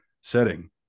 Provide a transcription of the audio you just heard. setting